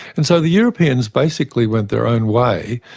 and so the europeans basically went their own way,